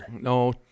No